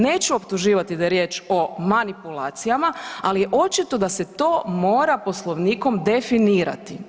Neću optuživati da je riječ o manipulacijama ali je očito da se to mora Poslovnikom definirati.